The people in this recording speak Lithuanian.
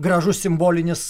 gražus simbolinis